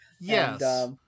yes